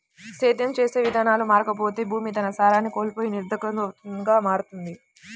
సేద్యం చేసే విధానాలు మారకపోతే భూమి తన సారాన్ని కోల్పోయి నిరర్థకంగా మారుతుంది